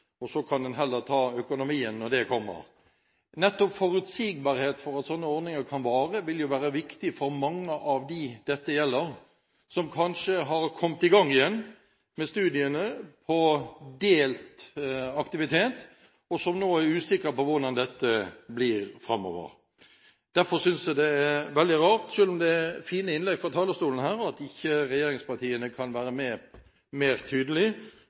og så kan en heller ta økonomien når det kommer. Nettopp forutsigbarhet for at slike ordninger kan vare, vil være viktig for mange av dem dette gjelder, som kanskje har kommet i gang igjen med studiene med litt aktivitet, og som nå er usikre på om hvordan dette blir framover. Derfor synes jeg det er veldig rart – selv om det er fine innlegg her fra talerstolen – at ikke regjeringspartiene kan være mer